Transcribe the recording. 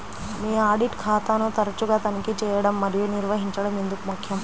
మీ audit ఖాతాను తరచుగా తనిఖీ చేయడం మరియు నిర్వహించడం ఎందుకు ముఖ్యం?